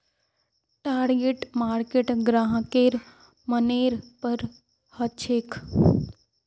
target market ग्राहकेर मनेर पर हछेक